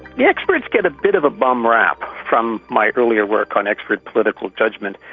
the experts get a bit of a bum rap from my earlier work on expert political judgement.